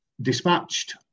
dispatched